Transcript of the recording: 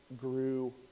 grew